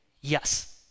yes